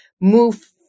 move